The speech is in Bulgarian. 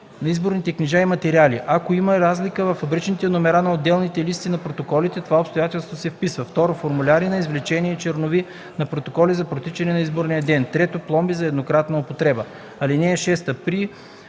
на изборните книжа и материали; ако има разлика във фабричните номера на отделните листи на протоколите, това обстоятелство се описва; 2. формуляри на извлечения и чернови на протоколи за протичане на изборния ден; 3. пломби за еднократна употреба. (6) При